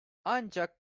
ancak